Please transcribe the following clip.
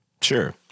Sure